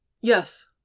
Yes